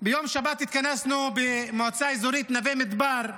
ביום שבת התכנסנו במועצה אזורית נווה מדבר,